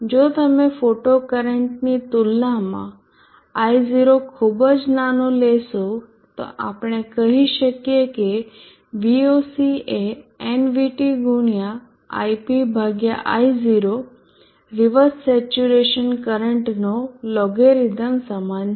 જો તમે ફોટોકરન્ટની તુલનામાં I0 ખૂબ જ નાનો લેશો તો આપણે કહી શકીયે કે Voc એ nVT ગુણ્યા ip ભાગ્યા I0 રિવર્સ સેચ્યુરેશન કરંટનો લોગેરીધમ સમાન છે